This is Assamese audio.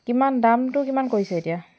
কিমান দামটো কিমান কৰিছে এতিয়া